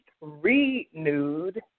renewed